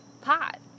pot